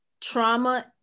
trauma